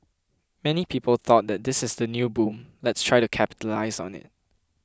many people thought that this is the new boom let's try to capitalise on it